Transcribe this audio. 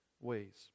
ways